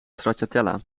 stracciatella